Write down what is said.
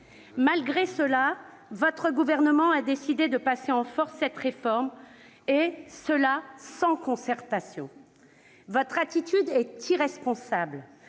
d'État, votre gouvernement a décidé de faire passer en force cette réforme, sans concertation. Votre attitude est irresponsable